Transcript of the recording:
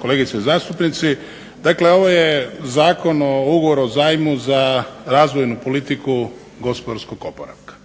kolegice zastupnici. Dakle ovo je zakon o Ugovoru o zajmu za razvojnu politiku gospodarskog oporavka.